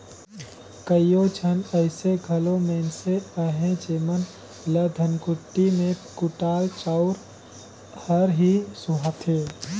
कइयो झन अइसे घलो मइनसे अहें जेमन ल धनकुट्टी में कुटाल चाँउर हर ही सुहाथे